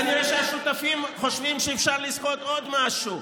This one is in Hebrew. כנראה השותפים חושבים שאפשר לסחוט עוד משהו.